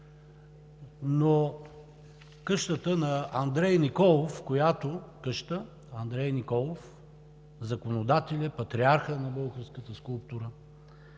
къща Андрей Николов – законодателят, патриархът на българската скулптура,